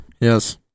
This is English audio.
Yes